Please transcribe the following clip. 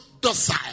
docile